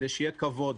כדי שיהיה כבוד,